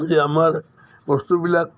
যে আমাৰ বস্তুবিলাক